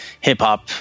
hip-hop